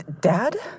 Dad